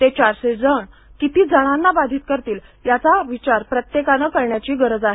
ते चारशे जण किती जणांना बाधित करतील याचा विचार प्रत्येकानं करण्याची गरज आहे